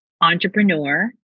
entrepreneur